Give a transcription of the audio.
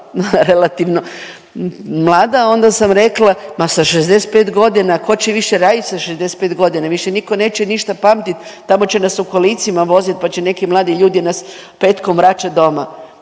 relativno mlada, onda sam rekla, ma sa 65 godina, tko će više raditi sa 65 godina, više nitko neće ništa pamtiti, tamo će nas u kolicima voziti pa će neki mladi ljudi nas petkom vraćati doma.